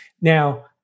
Now